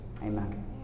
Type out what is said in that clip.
Amen